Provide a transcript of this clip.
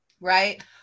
right